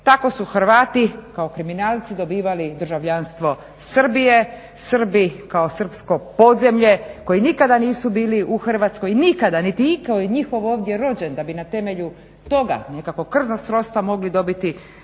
Tako su Hrvati kao kriminalci dobivali državljanstvo Srbije, Srbi kao srpsko podzemlje koji nikada nisu bili u Hrvatskoj, nikada niti itko njihov je ovdje rođen da bi na temelju toga nekakvo krvno srodstvo mogli dobiti